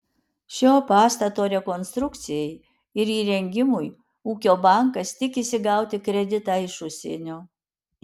šio pastato rekonstrukcijai ir įrengimui ūkio bankas tikisi gauti kreditą iš užsienio